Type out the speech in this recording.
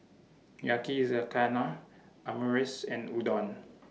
Yakizakana Omurice and Udon